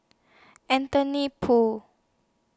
Anthony Poon